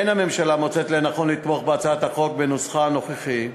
הממשלה אינה מוצאת לנכון לתמוך בהצעת החוק בנוסחה הנוכחי.